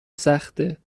سخته